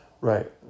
Right